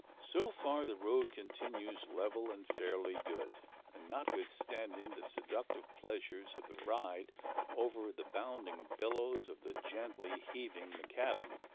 so far, the road continues level and fairly good and, notwithstanding the seductive pleasures of the ride over the bounding billows of the gently heaving macadam,